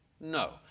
No